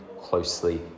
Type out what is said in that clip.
closely